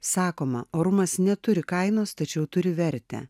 sakoma orumas neturi kainos tačiau turi vertę